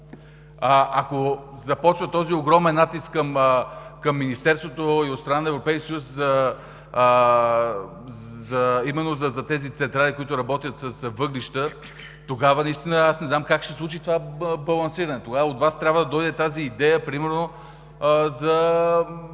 ако започва този огромен натиск към Министерството и от страна на Европейския съюз, именно за тези централи, които работят с въглища, тогава не знам как ще се случи това балансиране. Тогава от Вас трябва да дойде идеята примерно за